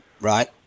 Right